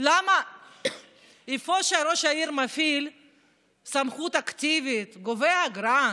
למה איפה שראש העיר מפעיל סמכות אקטיבית וגובה אגרה,